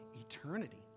eternity